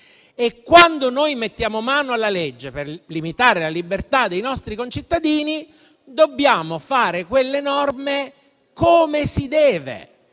E, quando noi mettiamo mano alla legge per limitare la libertà dei nostri concittadini, dobbiamo fare le norme come si deve;